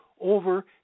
Over